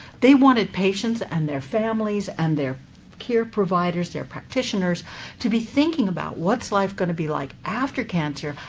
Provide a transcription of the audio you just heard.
they wanted patients, and their families, and their care providers, their practitioners to be thinking about, what's life going to be like after cancer?